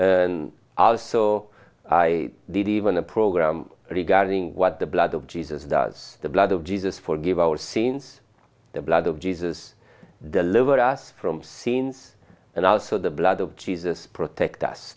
so i did even a program regarding what the blood of jesus does the blood of jesus forgive our sins the blood of jesus deliver us from scenes and also the blood of jesus protect us